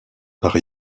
par